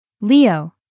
Leo